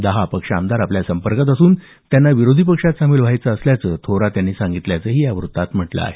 दहा अपक्ष आमदार आपल्या संपर्कात असून त्यांना विरोधी पक्षात सामील व्हायचं असल्याचं थोरात यांनी सांगितल्याचंही या वृत्तात म्हटलं आहे